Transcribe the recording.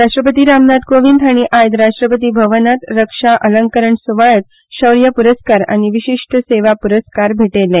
राष्ट्रपती रामनाथ कोविंद हांणी आयज राष्ट्रपती भवनांत रक्षा अलंकरण सुवाळ्यांत शौर्य पुरस्कार आनी विशिश्ट सेवा प्रस्कार भेटयले